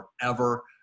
forever